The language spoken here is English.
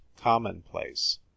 commonplace